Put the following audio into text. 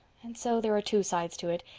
and so there are two sides to it,